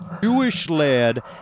Jewish-led